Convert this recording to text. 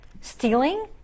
stealing